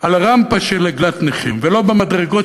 על הרמפה של עגלת נכים ולא במדרגות,